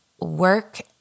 work